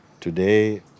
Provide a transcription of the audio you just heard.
Today